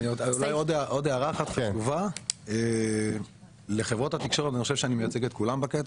עוד הערה אחת חשובה לחברות התקשורת אני חושב שאני מייצג את כולם בקטע